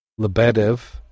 Lebedev